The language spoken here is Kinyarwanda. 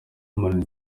bamarana